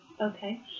Okay